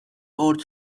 old